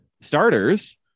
starters